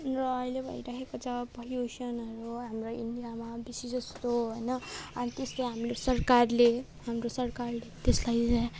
र आहिले भइरहेको छ पोल्युसनहरू हाम्रो इन्डियामा बेसी जस्तो है अनि त्यस्तै हामीले सरकारले हाम्रो सरकारले त्यसलाई